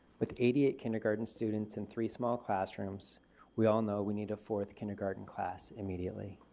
with eighty eight kindergarten students in three small classrooms we all know we need a fourth kindergarten class immediately.